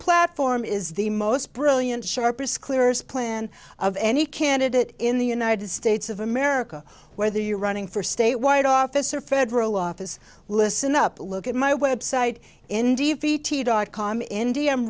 platform is the most brilliant sharpest clearest plan of any candidate in the united states of america whether you're running for statewide office or federal office listen up look at my website in d v t dot com indian